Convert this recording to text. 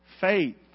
Faith